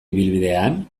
ibilbidean